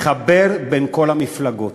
מחבר בין כל המפלגות.